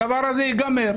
הדבר הזה ייגמר,